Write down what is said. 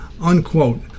unquote